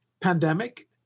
pandemic